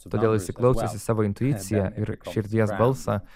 todėl įsiklausęs į savo intuiciją ir širdies balsą